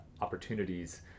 opportunities